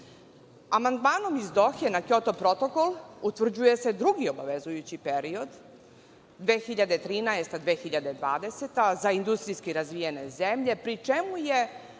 sveta. Amandmanom iz Dohe na Kjoto protokol utvrđuje se drugi obavezujući period 2013. – 2020. godina, za industrijski razvijene zemlje, pri čemu je